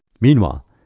Meanwhile